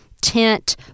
tent